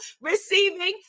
receiving